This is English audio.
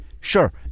Sure